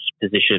position